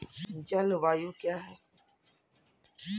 जलवायु क्या है?